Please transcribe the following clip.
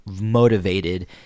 motivated